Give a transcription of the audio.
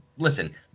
Listen